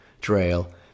trail